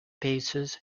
paces